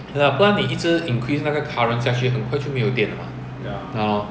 不然你一直 increase 那个 current 下去很快就没有电的 mah ya lor